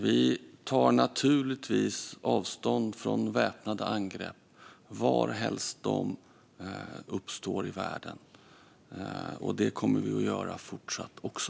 Vi tar naturligtvis avstånd från väpnade angrepp varhelst de uppstår i världen, och det kommer vi att göra även i fortsättningen.